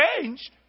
changed